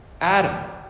Adam